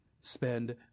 spend